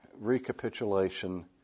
recapitulation